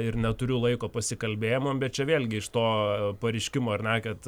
ir neturiu laiko pasikalbėjimam bet čia vėlgi iš to pareiškimo ar ne kad